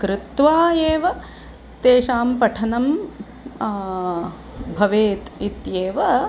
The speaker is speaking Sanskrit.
कृत्वा एव तेषां पठनं भवेत् इत्येव